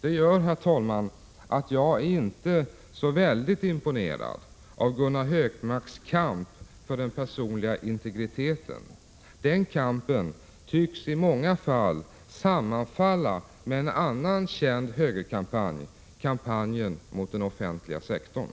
Det gör, herr talman, att jag inte är så väldigt imponerad av Gunnar Hökmarks kamp för den personliga integriteten. Den kampen tycks i många fall sammanfalla med en annan känd högerkampanj, kampanjen mot den offentliga sektorn.